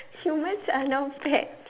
humans are now pets